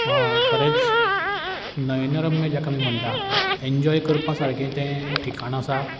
खरेंच नवीनरम्य जेका आमी म्हणटात एंजॉय करपा सारकें तें ठिकाण आसा